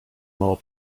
mało